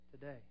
today